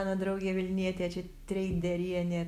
mano draugė vilnietė čia treiderienė